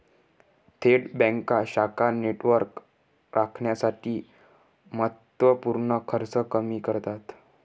थेट बँका शाखा नेटवर्क राखण्यासाठी महत्त्व पूर्ण खर्च कमी करतात